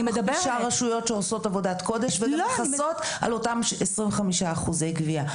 על חמש רשויות שעושות עבודת קודש וגם מכסות על אותם 25% גבייה.